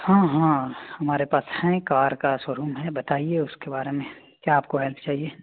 हाँ हाँ हमारे पास है कार का सोरूम है बताइए उसके बारे में क्या आपको हेल्प चाहिए